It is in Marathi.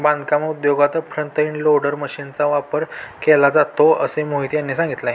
बांधकाम उद्योगात फ्रंट एंड लोडर मशीनचा वापर केला जातो असे मोहित यांनी सांगितले